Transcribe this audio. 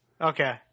Okay